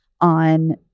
on